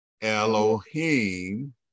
Elohim